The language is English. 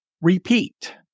repeat